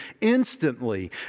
instantly